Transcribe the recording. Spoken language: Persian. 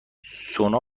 سونا